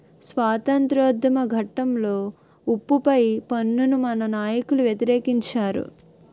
స్వాతంత్రోద్యమ ఘట్టంలో ఉప్పు పై పన్నును మన నాయకులు వ్యతిరేకించారు